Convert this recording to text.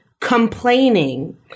complaining